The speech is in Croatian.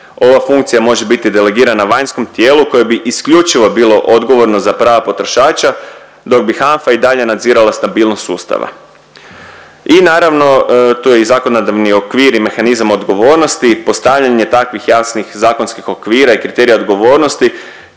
Ova funkcija može biti delegirana vanjskom tijelu koje bi isključivo bilo odgovorno za prava potrošača, dok bi HANFA i dalje nadzirala stabilnost sustava. I naravno, tu je i zakonodavni okvir i mehanizam odgovornosti, postavljanje takvih jasnih zakonskih okvira i kriterija odgovornosti